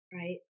right